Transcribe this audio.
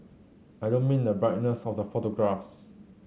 I don't mean the brightness of the photographs